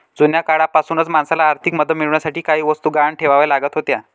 जुन्या काळापासूनच माणसाला आर्थिक मदत मिळवण्यासाठी काही वस्तू गहाण ठेवाव्या लागत होत्या